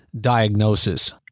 diagnosis